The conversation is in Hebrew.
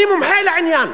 אני מומחה לעניין.